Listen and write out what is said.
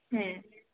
ᱦᱮᱸ